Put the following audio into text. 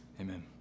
amen